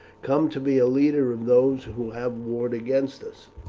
come to be a leader of those who have warred against us?